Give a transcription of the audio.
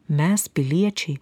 mes piliečiai